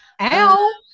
ow